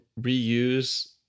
reuse